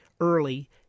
early